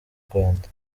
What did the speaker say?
rwanda